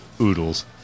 oodles